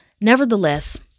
Nevertheless